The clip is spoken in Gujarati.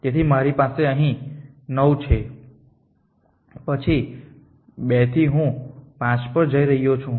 તેથી મારી પાસે અહીં 9 છે પછી 2 થી હું 5 પર જઈ રહ્યો છું